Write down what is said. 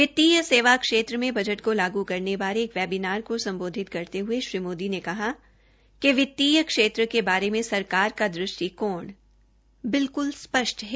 वित्तीय सेवा क्षेत्र में बजट को लागू करने बारे एक वेबीनार को सम्बोधित करते हये श्री मोदी ने कहा कि वित्तीय क्षेत्र के बारे में सरकार का दृष्टिकोण बिल्कुल स्पष्ट है